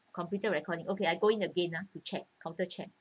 computer recording okay I go in again ah to check counter check